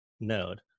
node